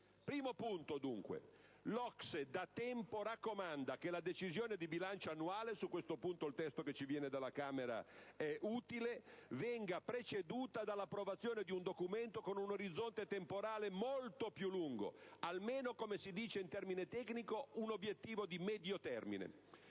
Primo punto. L'OCSE da tempo raccomanda che la decisione di bilancio annuale - su questo, il testo che viene dalla Camera è utile - venga preceduta dall'approvazione di un documento con un orizzonte temporale molto più lungo: almeno, come si dice in termine tecnico, un obiettivo di medio termine.